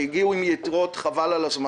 הם הגיעו עם יתרות גדולות מאוד.